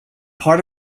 part